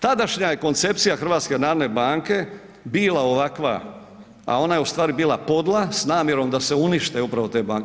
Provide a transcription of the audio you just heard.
Tadašnja je koncepcija HNB-a bila ovakva a ona je u stvari bila podla s namjerom da se unište upravo te banke.